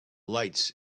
lights